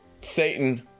Satan